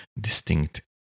distinct